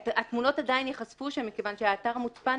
התמונות עדיין ייחשפו שם מכיוון שהאתר מוצפן,